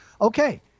okay